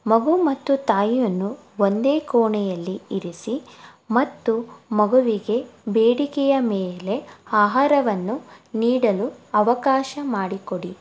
ಮಗು ಮತ್ತು ತಾಯಿಯನ್ನು ಒಂದೇ ಕೋಣೆಯಲ್ಲಿ ಇರಿಸಿ ಮತ್ತು ಮಗುವಿಗೆ ಬೇಡಿಕೆಯ ಮೇಲೆ ಆಹಾರವನ್ನು ನೀಡಲು ಅವಕಾಶ ಮಾಡಿಕೊಡಿ